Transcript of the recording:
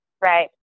Right